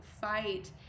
fight